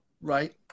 Right